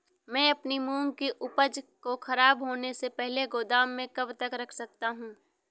मैं अपनी मूंग की उपज को ख़राब होने से पहले गोदाम में कब तक रख सकता हूँ?